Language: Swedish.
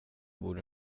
borde